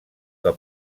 que